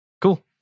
Cool